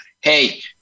Hey